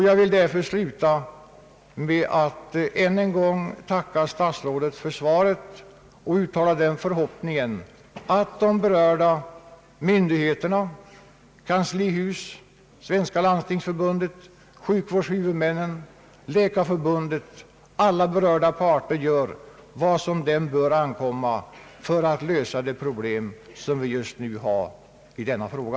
Jag vill slutligen än en gång tacka statsrådet för svaret och uttala den förhoppningen, att de berörda myndighe terna — kanslihuset, Svenska landstingsförbundet, sjukvårdshuvudmännen, Läkarförbundet — alltså alla berörda parter, gör vad som ankommer på dem för att lösa de problem vi har just nu beträffande denna fråga.